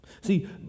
See